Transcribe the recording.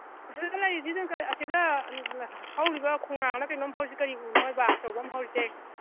ꯁꯤꯗ ꯂꯩꯔꯤꯁꯤꯅ ꯑꯁꯤꯗ ꯍꯧꯔꯤꯕ ꯈꯣꯡꯅꯥꯡꯂ ꯀꯩꯅꯣꯝ ꯍꯧꯔꯤꯁꯦ ꯀꯔꯤ ꯎꯅꯣꯕ ꯑꯆꯧꯕ ꯑꯃ ꯍꯧꯔꯤꯁꯦ